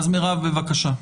מירב, בבקשה.